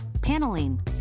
paneling